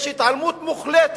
יש התעלמות מוחלטת,